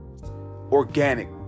organic